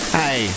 hey